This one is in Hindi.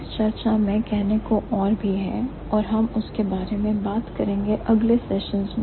इस चर्चा में कहने को और भी है और हम उसके बारे में बात करेंगे अगले सेशंस में